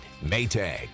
Maytag